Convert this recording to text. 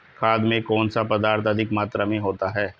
खाद में कौन सा पदार्थ अधिक मात्रा में होता है?